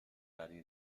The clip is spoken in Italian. rari